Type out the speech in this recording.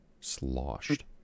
sloshed